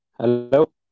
Hello